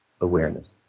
awareness